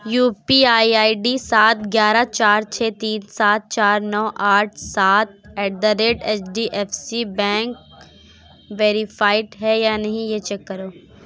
you P I I D سات گیارہ چار چھ تین سات چار نو آٹھ سات at the rate H D F C bank verified ہے یا نہیں یہ چیک کرو